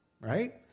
right